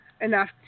enough